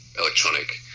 electronic